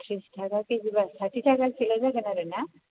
थ्रिस थाखा केजिबा साथि थाखा किल' जागोन आरोना